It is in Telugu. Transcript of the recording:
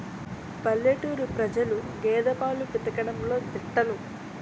పల్లెటూరు ప్రజలు గేదె పాలు పితకడంలో దిట్టలు